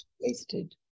wasted